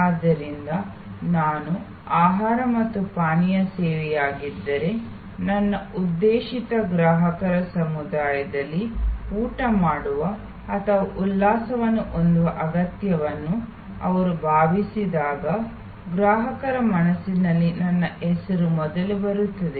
ಆದ್ದರಿಂದ ನಾನು ಆಹಾರ ಮತ್ತು ಪಾನೀಯ ಸೇವೆಯಾಗಿದ್ದರೆ ನನ್ನ ಉದ್ದೇಶಿತ ಗ್ರಾಹಕರ ಸಮುದಾಯದಲ್ಲಿ ಊಟ ಮಾಡುವ ಅಥವಾ ಉಲ್ಲಾಸವನ್ನು ಹೊಂದುವ ಅಗತ್ಯವನ್ನು ಅವರು ಭಾವಿಸಿದಾಗ ಗ್ರಾಹಕರ ಮನಸ್ಸಿನಲ್ಲಿ ನನ್ನ ಹೆಸರು ಮೊದಲು ಬರುತ್ತದೆ